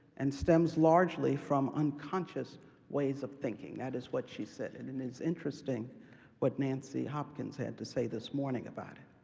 and stems largely from unconscious ways of thinking. that is what she said, and it and is interesting what nancy hopkins had to say this morning about it.